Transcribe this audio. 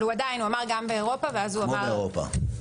כמו באירופה.